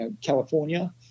California